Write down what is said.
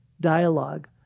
dialogue